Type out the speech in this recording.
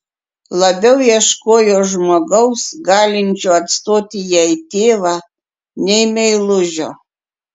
labiau ieškojo žmogaus galinčio atstoti jai tėvą nei meilužio